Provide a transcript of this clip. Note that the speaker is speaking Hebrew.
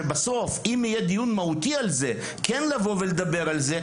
אם יהיה דיון מהותי על זה כן לבוא ולדבר על זה.